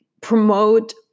promote